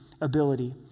ability